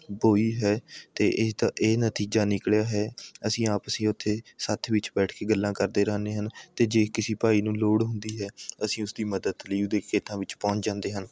ਬੋਈ ਹੈ ਅਤੇ ਇਸ ਦਾ ਇਹ ਨਤੀਜਾ ਨਿਕਲਿਆ ਹੈ ਅਸੀਂ ਆਪਸੀ ਉੱਥੇ ਸੱਥ ਵਿੱਚ ਬੈਠ ਕੇ ਗੱਲਾਂ ਕਰਦੇ ਰਹਿੰਦੇ ਹਨ ਅਤੇ ਜੇ ਕਿਸੀ ਭਾਈ ਨੂੰ ਲੋੜ ਹੁੰਦੀ ਹੈ ਅਸੀਂ ਉਸ ਦੀ ਮਦਦ ਲਈ ਉਹਦੇ ਖੇਤਾਂ ਵਿੱਚ ਪਹੁੰਚ ਜਾਂਦੇ ਹਨ